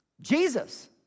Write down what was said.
Jesus